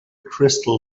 crystal